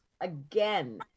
again